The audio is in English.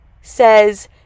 says